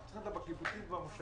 אנחנו צריכים אותם בקיבוצים ובמושבים,